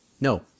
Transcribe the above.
No